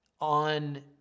on